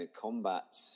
Combat